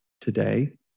today